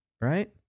right